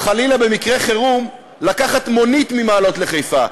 או, חלילה, במקרה חירום לקחת מונית ממעלות לחיפה.